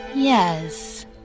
Yes